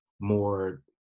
more